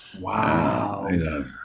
Wow